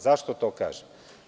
Zašto to kažem?